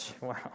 Wow